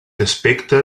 aspecte